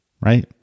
right